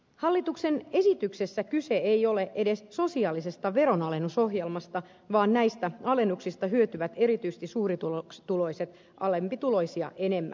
hallituksen esityksessä kyse ei ole edes sosiaalisesta veronalennusohjelmasta vaan näistä alennuksista hyötyvät erityisesti suurituloiset alempituloisia enemmän